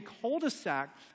cul-de-sac